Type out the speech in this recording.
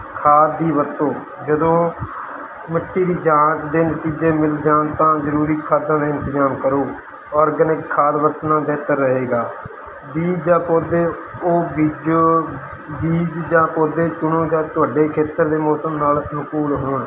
ਖਾਦ ਦੀ ਵਰਤੋਂ ਜਦੋਂ ਮਿੱਟੀ ਦੀ ਜਾਂਚ ਦੇ ਨਤੀਜੇ ਮਿਲ ਜਾਣ ਤਾਂ ਜ਼ਰੂਰੀ ਖਾਦਾਂ ਦਾ ਇੰਤਜ਼ਾਮ ਕਰੋ ਔਰਗੈਨਿਕ ਖਾਦ ਵਰਤਣਾ ਬਿਹਤਰ ਰਹੇਗਾ ਬੀਜ ਜਾਂ ਪੌਦੇ ਉਹ ਬੀਜੋ ਬੀਜ ਜਾਂ ਪੌਦੇ ਚੁਣੋ ਜੋ ਤੁਹਾਡੇ ਖੇਤਰ ਦੇ ਮੌਸਮ ਨਾਲ ਅਨੁਕੂਲ ਹੋਣ